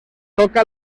toca